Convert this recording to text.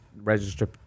register